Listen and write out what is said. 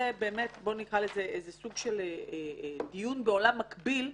זה איזה שהוא סוג של דיון בעולם מקביל,